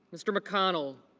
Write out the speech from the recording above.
mr. mcconnell